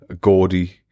gaudy